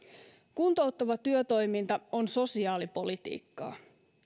kuntouttava työtoiminta on sosiaalipolitiikkaa